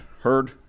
heard